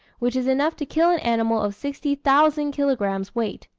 which is enough to kill an animal of sixty thousand kilogrammes weight.